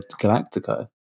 Galactico